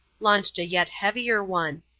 launched a yet heavier one.